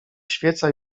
świeca